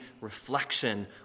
reflection